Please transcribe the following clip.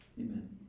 Amen